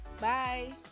Bye